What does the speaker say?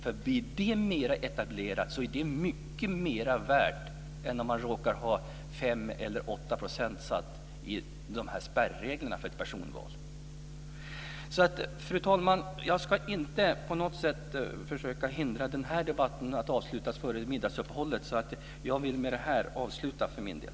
Om det blir mer etablerat är det mycket mer värt än om man råkar ha 5 % eller 8 % av rösterna enligt reglerna för personvalsspärren. Fru talman! Jag ska inte på något sätt försöka hindra denna debatt från att avslutas före middagsuppehållet, därför vill jag i och med detta avsluta debatten för min del.